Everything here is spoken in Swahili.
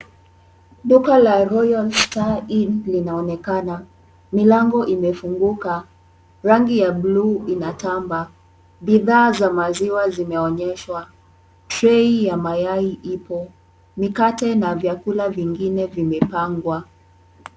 Duka la Royal Star Inn linaonekana. Milango imefunguka, rangi ya bluu inatamba. Bidhaa za maziwa zimeonyeshwa. Trei ya mayai ipo. Mikate na vyakula vingine vimepangwa.